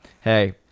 hey